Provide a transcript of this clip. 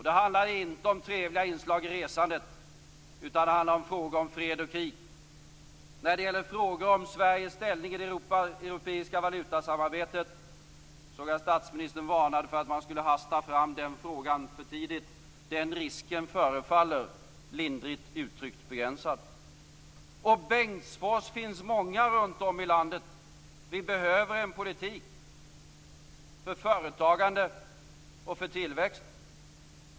Där handlar det inte om trevliga inslag i resandet utan om fred och krig. Jag såg att statsministern varnade för att hasta fram när det gäller Sveriges ställning i det europeiska valutasamarbetet. Den risken förefaller begränsad, lindrigt uttryckt. Det finns många Bengtsfors runt om i landet. Vi behöver en politik för företagande och tillväxt.